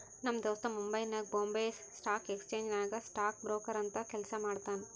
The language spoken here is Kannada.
ನಮ್ ದೋಸ್ತ ಮುಂಬೈನಾಗ್ ಬೊಂಬೈ ಸ್ಟಾಕ್ ಎಕ್ಸ್ಚೇಂಜ್ ನಾಗ್ ಸ್ಟಾಕ್ ಬ್ರೋಕರ್ ಅಂತ್ ಕೆಲ್ಸಾ ಮಾಡ್ತಾನ್